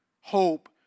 hope